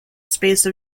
space